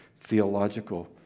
theological